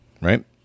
right